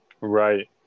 Right